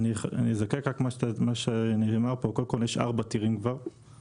אזקק את מה שנאמר פה: יש כבר ארבעה Tier ויש